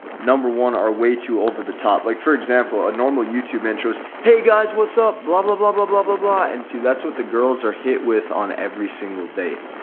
number one, are way too over the top. like for example, a normal youtube man show is, hey guys, what's up? blah, blah, blah, blah, blah, blah, blah. and see, that's what the girls are hit with on every single date.